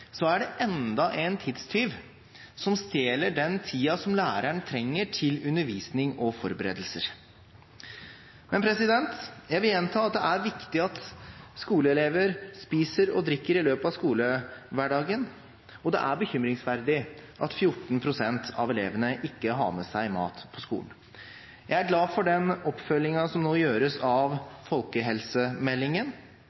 er det enda en tidstyv som stjeler den tiden som læreren trenger til undervisning og forberedelser. Jeg vil gjenta at det er viktig at skoleelever spiser og drikker i løpet av skolehverdagen, og det er bekymringsfullt at 14 pst. av elevene ikke har med seg mat på skolen. Jeg er glad for den oppfølgingen av folkehelsemeldingen som nå gjøres,